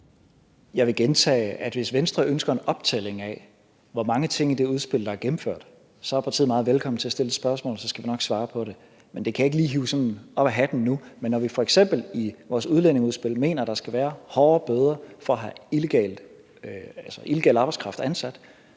Jeg vil gentage, at hvis Venstre ønsker en optælling af, hvor mange ting i det udspil der er gennemført, så er partiet meget velkommen til at stille et spørgsmål, og så skal vi nok svare på det. Men det kan jeg ikke lige hive op af hatten nu. Men når vi f.eks. i vores udlændingeudspil mener, at der skal være hårdere bødestraffe for at have illegal arbejdskraft ansat,